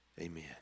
Amen